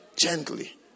Gently